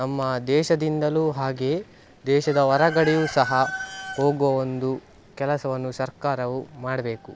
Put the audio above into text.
ನಮ್ಮ ದೇಶದಿಂದಲೂ ಹಾಗೆಯೇ ದೇಶದ ಹೊರಗಡೆಯೂ ಸಹ ಹೋಗುವ ಒಂದು ಕೆಲಸವನ್ನು ಸರ್ಕಾರವು ಮಾಡಬೇಕು